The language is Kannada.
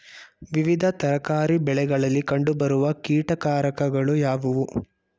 ವಿವಿಧ ತರಕಾರಿ ಬೆಳೆಗಳಲ್ಲಿ ಕಂಡು ಬರುವ ಕೀಟಕಾರಕಗಳು ಯಾವುವು?